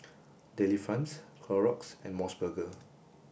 Delifrance Clorox and MOS burger